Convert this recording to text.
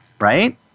right